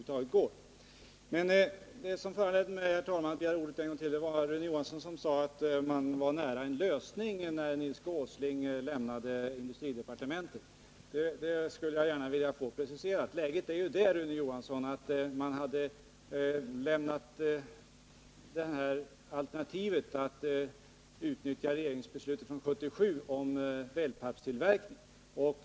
Det som föranledde mig att begära ordet en gång till var Rune Johanssons uttalande att frågan var nära en lösning när Nils G. Åsling lämnade industridepartementet. Det skulle jag gärna vilja ha preciserat. Läget var att man hade lämnat alternativet att utnyttja regeringsbeslutet från 1977 om wellpapptillverkning.